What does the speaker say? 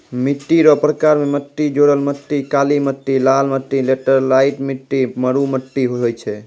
मिट्टी रो प्रकार मे मट्टी जड़ोल मट्टी, काली मट्टी, लाल मट्टी, लैटराईट मट्टी, मरु मट्टी होय छै